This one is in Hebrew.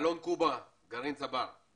אלון קובה גרעין צבר.